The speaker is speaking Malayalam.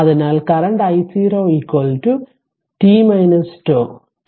അതിനാൽ കറന്റ് I0 t τ